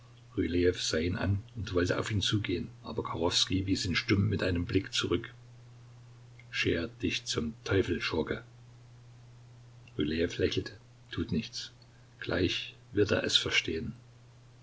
ihn an und wollte auf ihn zugehen aber kachowskij wies ihn stumm mit einem blicke zurück scher dich zum teufel schurke rylejew lächelte tut nichts gleich wird er es verstehen